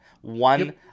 One